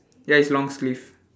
ya it's long sleeve